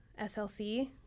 SLC